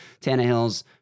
Tannehill's